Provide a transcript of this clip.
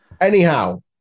Anyhow